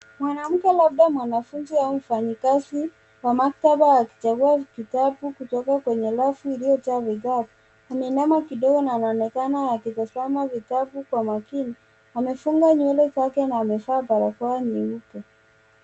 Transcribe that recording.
Mwanamke labda mwanafunzi au mfanyikazi wa maktaba akichagua kitabu kutoka kwenye rafu iliyojaa vitabu . Ameinama kidogo na anaonekana akitazama vitabu kwa makini . Amefunga nywele zake na amevaa barakoa nyeupe.